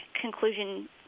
conclusion